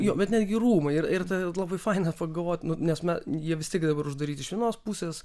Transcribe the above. jo bet netgi rūmai ir ir tai labai faina pagalvot nes na jie vis tiek dabar uždaryti iš vienos pusės